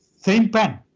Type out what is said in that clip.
same pen.